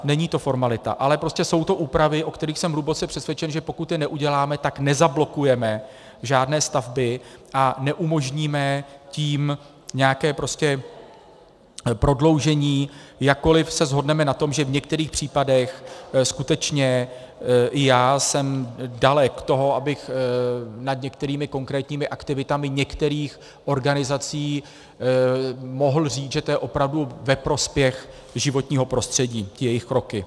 Není to formalita, ale prostě jsou to úpravy, o kterých jsem hluboce přesvědčen, že pokud je neuděláme, tak nezablokujeme žádné stavby a neumožníme tím nějaké prodloužení, jakkoli se shodneme na tom, že v některých případech skutečně i já jsem dalek toho, abych nad některými konkrétními aktivitami některých organizací mohl říci, že to je opravdu ve prospěch životního prostředí, ty jejich kroky.